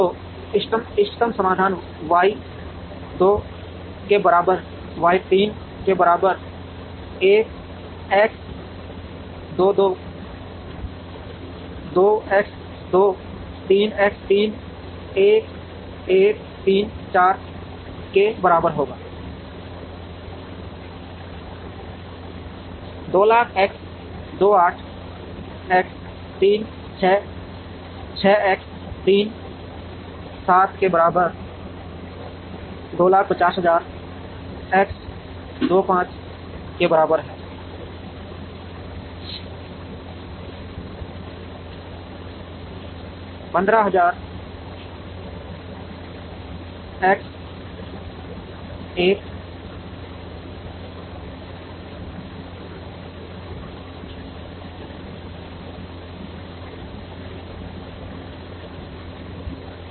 तो इष्टतम समाधान वाई 2 के बराबर वाई 3 के बराबर 1 एक्स 2 2 एक्स 2 3 एक्स 3 1 1 3 4 के बराबर होगा 200000 एक्स 2 8 एक्स 3 6 6 एक्स 3 7 के बराबर 250000 एक्स 2 5 के बराबर है 15000 X 1 5 100000 के बराबर